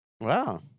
Wow